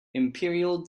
imperial